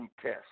test